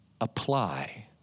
apply